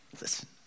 Listen